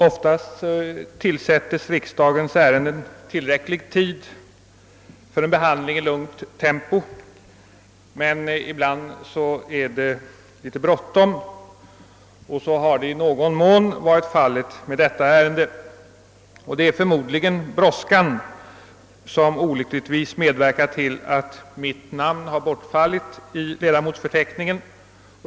Oftast tillmätes ärendena i riksdagen tillräcklig tid för behandling i lugnt tempo, men ibland är det litet bråttom. Så har i någon mån varit fallet med detta ärende, och det är förmodligen brådska som gjort att mitt namn har fallit bort i ledamotsförteckningen.